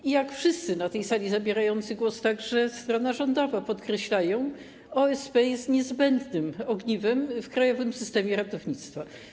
I jak wszyscy na tej sali zabierający głos, także strona rządowa, podkreślają: OSP jest niezbędnym ogniwem w krajowym systemie ratownictwa.